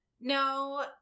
no